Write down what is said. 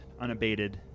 unabated